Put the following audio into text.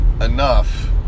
enough